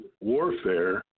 warfare